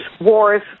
wars